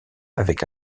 avec